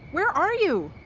where are you?